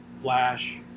Flash